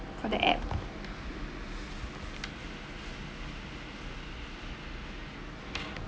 for the app